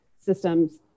systems